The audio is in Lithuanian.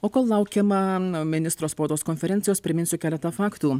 o kol laukiama ministro spaudos konferencijos priminsiu keletą faktų